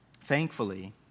Thankfully